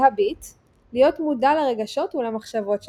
להביט להיות מודע לרגשות ולמחשבות שלך.